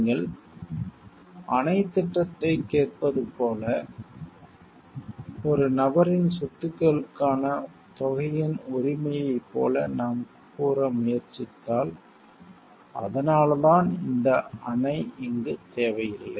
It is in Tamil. நீங்கள் அணைத் திட்டத்தைக் கேட்பது போல ஒரு நபரின் சொத்துக்களுக்கான தொகையின் உரிமையைப் போல நாம் கூற முயற்சித்தால் அதனால்தான் இந்த அணை இங்கு தேவையில்லை